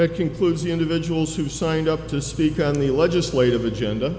that concludes the individuals who signed up to speak on the legislative agenda